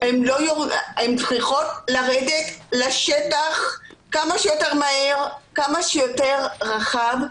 הן צריכות לרדת לשטח כמה שיותר מהר וכמה שיותר רחב.